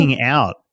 out